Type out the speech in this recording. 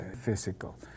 physical